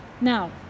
Now